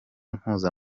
mpuza